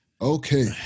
Okay